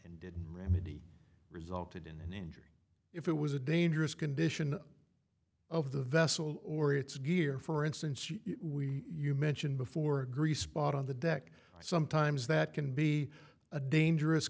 remedy resulted in an injury if it was a dangerous condition of the vessel or its gear for instance you mention before a grease spot on the deck sometimes that can be a dangerous